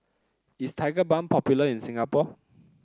is Tigerbalm popular in Singapore